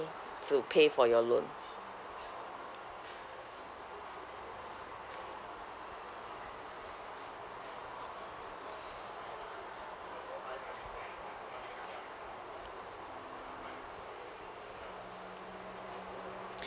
to pay for your loan